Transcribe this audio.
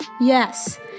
yes